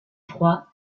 froid